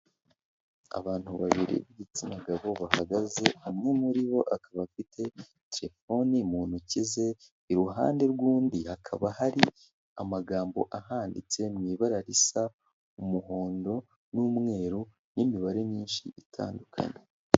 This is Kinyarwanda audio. Abantu babiri b'igitsina gabo bahagaze umwe muri bo akaba afite telefoni mu ntoki ze, iruhande rw'undi hakaba hari amagambo ahanditse mu ibara risa umuhondo n'umweru, n'imibare myinshi itandukanye.